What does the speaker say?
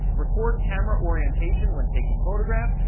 record camera orientation when taking photographs.